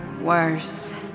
Worse